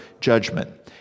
judgment